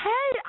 Hey